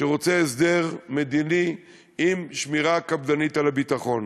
שרוצה הסדר מדיני עם שמירה קפדנית על הביטחון.